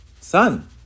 sun